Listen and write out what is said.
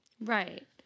right